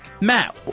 Matt